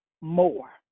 more